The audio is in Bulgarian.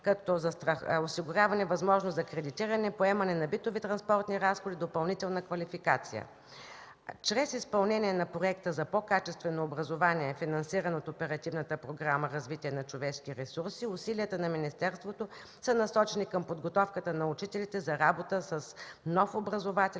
като осигуряване на възможност за кредитиране; поемане на битови и транспортни разходи, допълнителна квалификация. Чрез изпълнение на проекта за по-качествено образование, финансирано от Оперативната програма „Развитие на човешките ресурси”, усилията на министерството са насочени към подготовката на учителите за работа с нов образователен